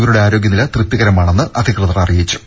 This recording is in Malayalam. അവരുടെ ആരോഗ്യനില തൃപ്തികരമാണെന്ന് അധികൃതർ അറിയിച്ചു